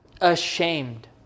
ashamed